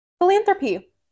Philanthropy